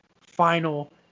final